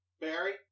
Barry